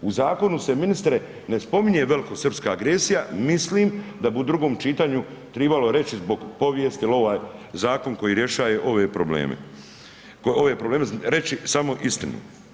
U zakonu se ministre, ne spominje velikosrpska agresija, mislim da bi u drugom čitanju trebalo reći povijesti jer ovaj je zakon koji rješava povijesne probleme, ove probleme reći, samo istinu.